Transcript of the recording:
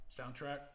soundtrack